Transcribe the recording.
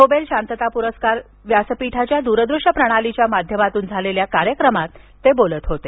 Nobel शांतता पुरस्कार फोरमच्या दूरदृश्य प्रणालीच्या माध्यमातून झालेल्या कार्यक्रमात ते बोलत होते